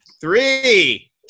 Three